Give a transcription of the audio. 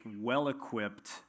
well-equipped